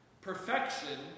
Perfection